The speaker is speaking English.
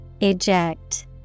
Eject